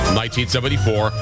1974